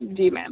जी ma'am